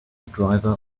driver